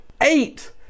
eight